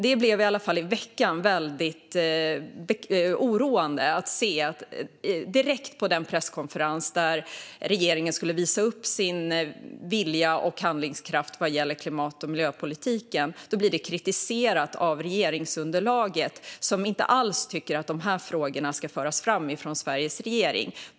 Det var i alla fall väldigt oroande i veckan på den presskonferens där regeringen skulle visa upp sin vilja och handlingskraft vad gäller klimat och miljöpolitiken och direkt blev kritiserad av regeringsunderlaget, som inte alls tycker att de här frågorna ska föras fram av Sveriges regering.